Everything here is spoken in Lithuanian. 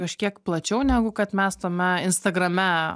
kažkiek plačiau negu kad mes tame instagrame